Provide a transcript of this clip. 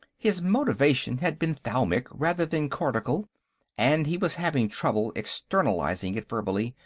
his motivation had been thalamic rather than cortical and he was having trouble externalizing it verbally.